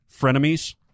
frenemies